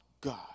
God